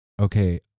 okay